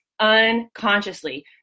Unconsciously